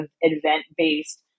event-based